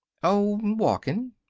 oh, walkin'.